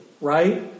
right